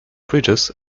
bridges